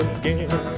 again